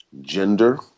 gender